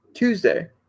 Tuesday